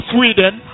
Sweden